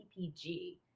PPG